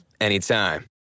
anytime